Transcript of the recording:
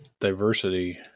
diversity